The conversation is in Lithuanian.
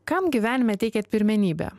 kam gyvenime teikiat pirmenybę